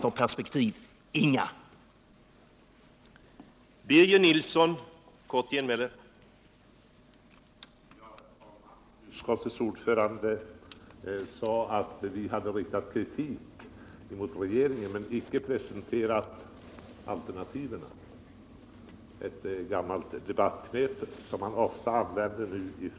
Vilka perspektiv har ni? Svar: Inga.